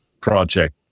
project